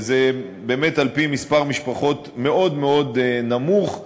וזה באמת על-פי מספר משפחות מאוד מאוד נמוך,